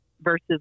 versus